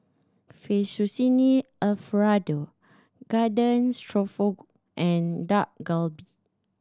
Fettuccine Alfredo Garden and Dak Galbi